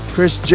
Chris